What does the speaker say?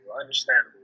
Understandable